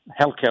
healthcare